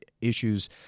issues